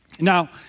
Now